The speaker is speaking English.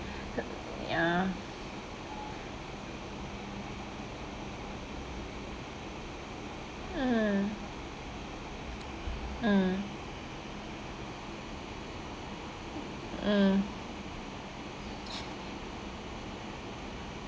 ya mm mm mm